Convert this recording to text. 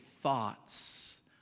thoughts